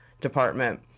department